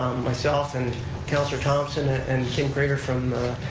myself and councilor thomson and kim craitor from the